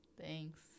thanks